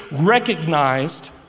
recognized